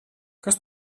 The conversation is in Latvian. kas